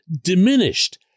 diminished